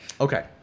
Okay